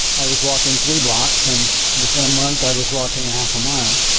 i was walking three blocks. and within a month, i was walking half a mile.